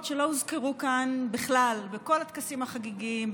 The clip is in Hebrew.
שלא הוזכרו כאן בכלל בכל הטקסים החגיגיים,